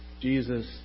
Jesus